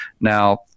Now